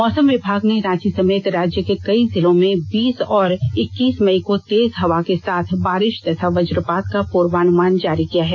मौसम विभाग ने रांची समेत राज्य के कई जिलों में बीस और इक्कीस मई को तेज हवा के साथ बारिश तथा वज्रपात का पुर्वानुमान जारी किया है